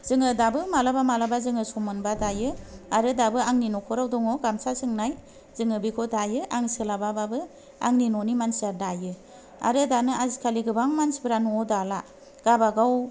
जोङो दाबो मालाबा मालाबा सम मोनबा दायो आरो दाबो आंनि नखराव दङ गामसा सोंनाय जोङो बेखौ दायो आं सोलाबा बाबो आंनि न'नि मानसिया दायो आरो आजि खालि गोबां मानसिफ्रा न'वाव दाला गाबागाव